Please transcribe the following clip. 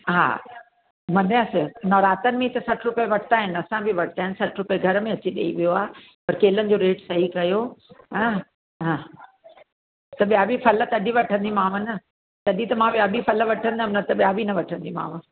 हा मञियसि नवरात्रनि में ई त सठि रुपए वरिता आहिनि असां बि वरिता आहिनि सठि रुपए घर में अची ॾेई वियो आहे पर केलनि जो रेट सही कयो हां हां त ॿिया बि फल तॾहि वठंदीमांव न तॾहिं त मां ॿिया बि फल वठंदमि न त ॿिया बि न वठंदीमांव